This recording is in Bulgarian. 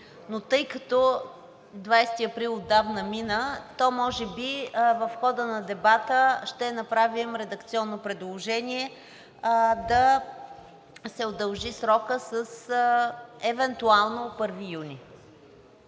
но тъй като 20 април отдавна мина, то може би в хода на дебата ще направим редакционно предложение да се удължи срокът евентуално до 1 юни.